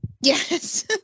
Yes